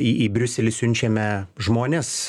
į į briuselį siunčiame žmones